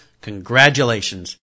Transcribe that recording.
congratulations